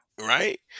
right